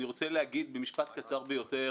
אני רוצה להגיד שני משפטים קצרים ביותר,